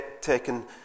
taken